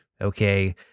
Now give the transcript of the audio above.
Okay